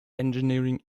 engineering